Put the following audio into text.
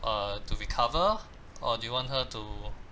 uh to recover or do you want her to